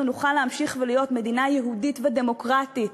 נוכל להמשיך ולהיות מדינה יהודית ודמוקרטית